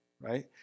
right